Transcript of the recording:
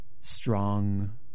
strong